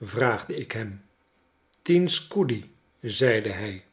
vraagde ik hem tien scudi zeide hij